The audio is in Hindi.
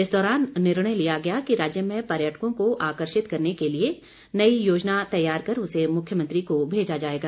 इस दौरान निर्णय लिया गया कि राज्य में पर्यटकों को आकर्षित करने के लिए नई योजना तैयार कर उसे मुख्यमंत्री को भेजा जाएगा